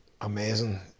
Amazing